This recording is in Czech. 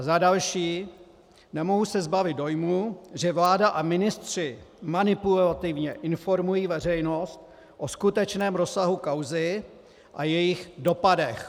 Za další, nemohu se zbavit dojmu, že vláda a ministři manipulativně informují veřejnost o skutečném rozsahu kauzy a jejích dopadech.